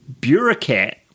bureaucrat